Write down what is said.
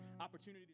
opportunity